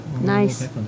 Nice